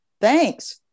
thanks